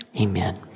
amen